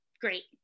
great